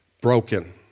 broken